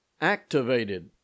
activated